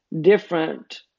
different